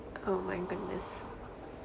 oh my goodness